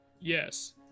yes